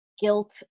guilt